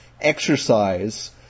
exercise